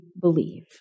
believe